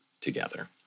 together